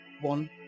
one